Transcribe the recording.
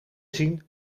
zien